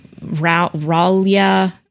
ralia